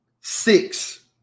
six